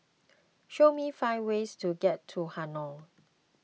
Show me five ways to get to Hanoi